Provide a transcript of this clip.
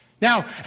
Now